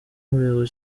umurego